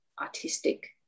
artistic